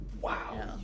Wow